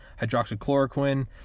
hydroxychloroquine